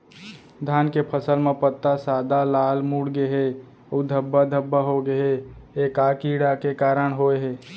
धान के फसल म पत्ता सादा, लाल, मुड़ गे हे अऊ धब्बा धब्बा होगे हे, ए का कीड़ा के कारण होय हे?